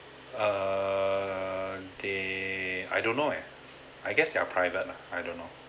err they I don't know eh I guess they're private lah I don't know